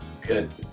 Good